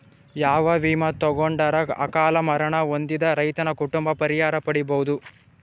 ಯಾವ ವಿಮಾ ತೊಗೊಂಡರ ಅಕಾಲ ಮರಣ ಹೊಂದಿದ ರೈತನ ಕುಟುಂಬ ಪರಿಹಾರ ಪಡಿಬಹುದು?